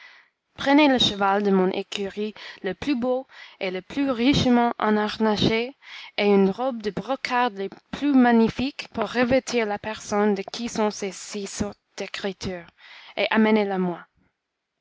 prenez le cheval de mon écurie le plus beau et le plus richement enharnaché et une robe de brocart des plus magnifiques pour revêtir la personne de qui sont ces six sortes d'écritures et amenez la moi